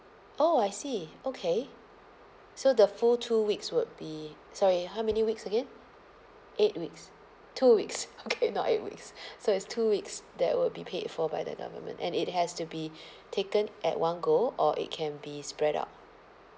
oh I see okay so the full two weeks would be sorry how many weeks again eight weeks two weeks okay not eight weeks so it's two weeks that will be paid for by the government and it has to be taken at one go or it can be spread out